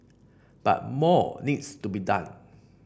but more needs to be done